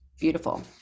Beautiful